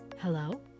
Hello